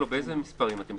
באיזה מס' אתם?